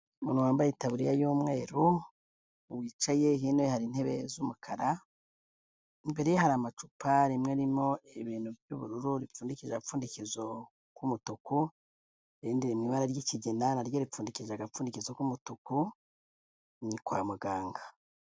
Umuntu wambaye itaburiya y'umweru wicaye, hino ye hari intebe z'umukara. Imbere ye hari amacupa rimwe rimo ibintu by'ubururu ripfundikije agapfundikizo k'umutuku, irindi riri mu ibara ry'ikigina naryo ripfundikije agapfundikizo k'umutuku. Ni kwa muganga.